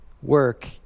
Work